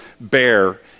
bear